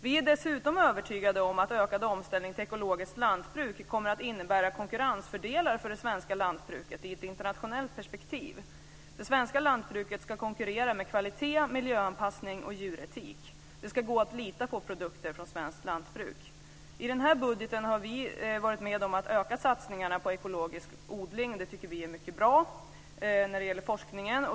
Vi är dessutom övertygade om att ökad omställning till ekologiskt lantbruk kommer att innebära konkurrensfördelar för det svenska lantbruket i ett internationellt perspektiv. Det svenska lantbruket ska konkurrera med kvalitet, miljöanpassning och djuretik. Det ska gå att lita på produkter från svenskt lantbruk. I den här budgeten har vi varit med om att öka satsningarna på ekologisk odling, och det tycker vi är mycket bra, när det gäller forskningen.